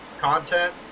content